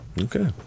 Okay